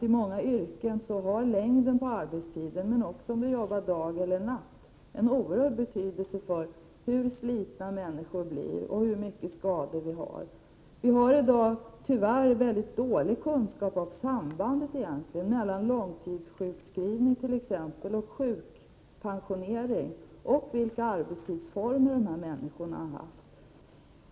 I många yrken har arbetstidens längd en oerhörd betydelse, men avgörande för hur slitna människor blir och hur mycket skador de får är också om de arbetar dag eller natt. Vi har i dag dålig kunskap om sambandet mellan t.ex. långtidssjukskrivning eller sjukpensionering och de arbetsformer dessa människor har haft.